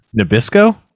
Nabisco